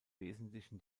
wesentlichen